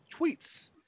tweets